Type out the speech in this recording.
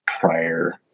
prior